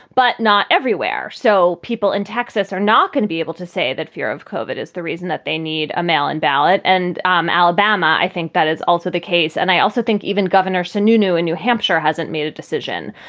but not everywhere. so people in texas are not going to be able to say that fear of covered is the reason that they need a mail in ballot and um alabama. i think that is also the case. and i also think even governor sununu in new hampshire hasn't made a decision.